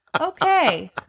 okay